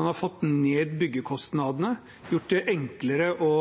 man har fått ned byggekostnadene og gjort det enklere å